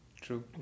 True